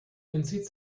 entzieht